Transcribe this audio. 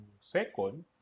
second